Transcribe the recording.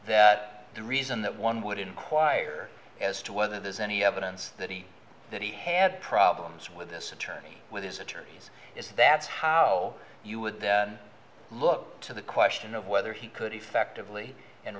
that the reason that one would inquire as to whether there's any evidence that he that he had problems with this attorney with his attorneys is that's how you would look to the question of whether he could effectively and